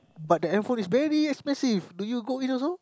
but then handphone is very expensive do you go in also